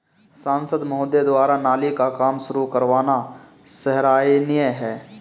सांसद महोदय द्वारा नाली का काम शुरू करवाना सराहनीय है